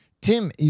Tim